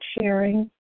sharing